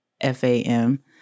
F-A-M